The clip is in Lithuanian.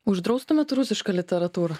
uždraustumėt rusišką literatūrą